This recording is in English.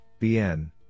BN